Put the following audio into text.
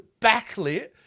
backlit